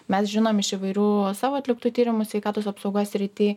mes žinom iš įvairių savo atliktų tyrimų sveikatos apsaugos srity